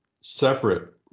separate